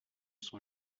son